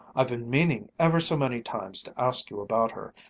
i've been meaning ever so many times to ask you about her,